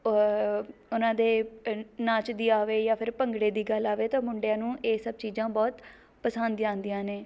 ਉਹਨਾਂ ਦੇ ਨਾਚ ਦੀ ਆਵੇ ਜਾਂ ਫਿਰ ਭੰਗੜੇ ਦੀ ਗੱਲ ਆਵੇ ਤਾਂ ਮੁੰਡਿਆਂ ਨੂੰ ਇਹ ਸਭ ਚੀਜ਼ਾਂ ਬਹੁਤ ਪਸੰਦ ਆਉਂਦੀਆਂ ਨੇ